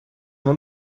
não